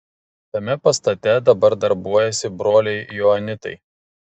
tame pastate dabar darbuojasi broliai joanitai